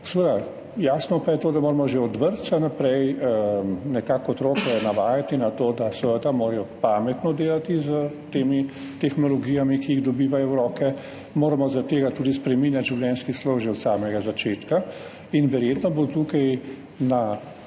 zla, jasno pa je to, da moramo že od vrtca naprej otroke navajati na to, da morajo pametno delati s tehnologijami, ki jih dobivajo v roke, moramo zaradi tega tudi spreminjati življenjski slog že od samega začetka in verjetno bo tukaj na